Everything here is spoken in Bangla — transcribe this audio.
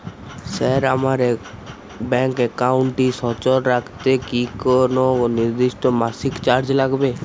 স্যার আমার ব্যাঙ্ক একাউন্টটি সচল রাখতে কি কোনো নির্দিষ্ট মাসিক চার্জ লাগবে?